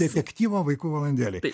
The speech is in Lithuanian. detektyvo vaikų valandėlei